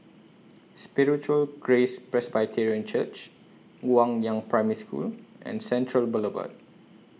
Spiritual Grace Presbyterian Church Guangyang Primary School and Central Boulevard